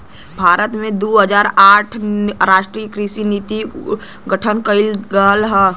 भारत में दू हज़ार आठ में राष्ट्रीय कृषि नीति के गठन कइल गइल रहे